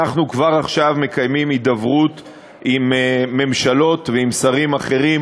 אנחנו כבר עכשיו מקיימים הידברות עם ממשלות ועם שרים אחרים